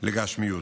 של גשמיות.